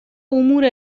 امور